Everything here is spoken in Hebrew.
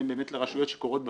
לרשויות שקורות בפועל.